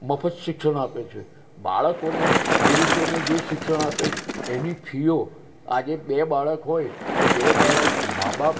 મફત શિક્ષણ આપે છે બાળકોને પુરુષોને જે શિક્ષણ આપે એની ફીઓ આજે બે બાળક હોય તો બે બાળક માં બાપ